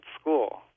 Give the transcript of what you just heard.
school